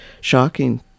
shocking